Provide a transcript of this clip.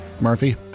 Murphy